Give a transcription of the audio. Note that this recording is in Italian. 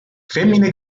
femmine